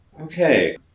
Okay